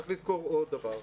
צריך לזכור עוד דבר.